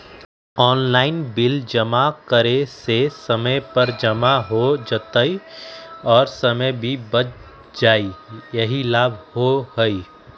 Online bill जमा करे से समय पर जमा हो जतई और समय भी बच जाहई यही लाभ होहई?